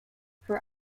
for